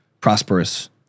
prosperous